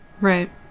Right